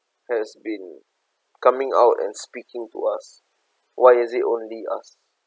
has been coming out and speaking to us why is it only us